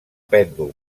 pèndol